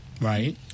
Right